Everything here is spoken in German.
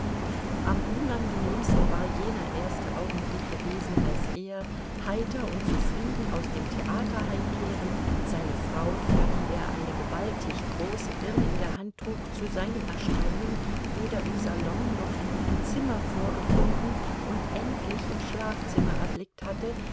am unangenehmsten war jener erste augenblick gewesen als er heiter und zufrieden aus dem theater heimkehrend seine frau für die er eine gewaltig große birne in der hand trug zu seinem erstaunen weder im salon noch in ihrem zimmer vorgefunden und endlich im schlafzimmer erblickt hatte